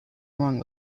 wrong